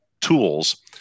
tools